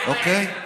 אוקיי?